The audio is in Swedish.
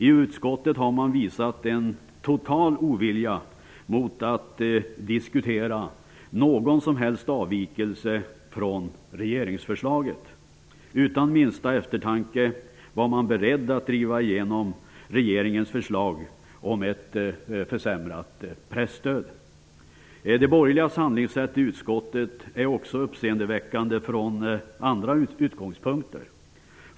I utskottet har man visat en total ovilja mot att diskutera någon som helst avvikelse från regeringsförslaget. Utan minsta eftertanke var man beredd att driva igenom regeringens förslag om ett försämrat presstöd. De borgerligas handlingssätt i utskottet är också uppseendeväckande, sett från andra utgångspunkter.